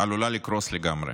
עלולה לקרוס לגמרי.